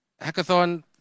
hackathon